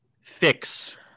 fix